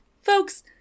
folks